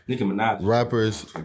rappers